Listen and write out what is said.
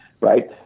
right